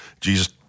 Jesus